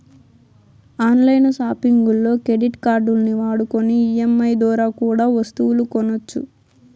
on line సాపింగుల్లో credit కార్డుల్ని వాడుకొని ఈ.ఎం.ఐ దోరా కూడా ఒస్తువులు కొనొచ్చు